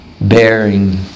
bearing